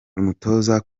umutoza